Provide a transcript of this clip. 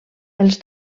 els